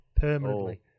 permanently